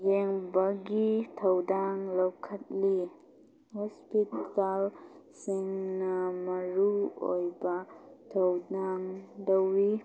ꯌꯦꯡꯕꯒꯤ ꯊꯧꯗꯥꯡ ꯂꯧꯈꯠꯂꯤ ꯍꯣꯁꯄꯤꯇꯥꯜꯁꯤꯡꯅ ꯃꯔꯨ ꯑꯣꯏꯕ ꯊꯧꯗꯥꯡ ꯂꯧꯏ